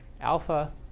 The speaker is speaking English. Alpha